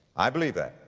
i believe that.